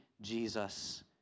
Jesus